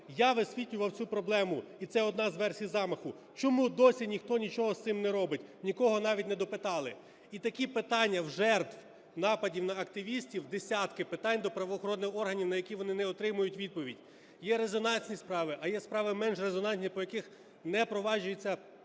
Я висвітлював цю проблему, і це одна з версій замаху. Чому досі ніхто нічого з цим робить? Нікого навіть не допитали. І такі питання в жертв нападів на активістів десятки питань до правоохоронних органів, на які вони не отримують відповідь. Є резонансні справи, а є справи менш резонансні, по яких не проваджується розслідування.